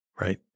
right